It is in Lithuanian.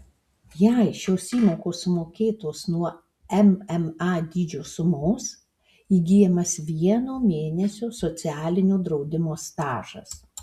jei šios įmokos sumokėtos nuo mma dydžio sumos įgyjamas vieno mėnesio socialinio draudimo stažas